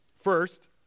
First